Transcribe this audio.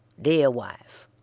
dear wife